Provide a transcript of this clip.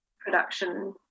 production